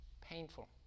painful